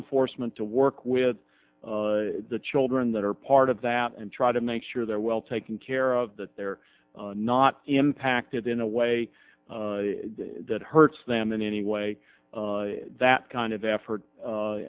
enforcement to work with the children that are part of that and try to make sure they're well taken care of that they're not impacted in a way that hurts them in any way that kind of effort